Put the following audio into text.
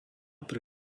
pre